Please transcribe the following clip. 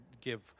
give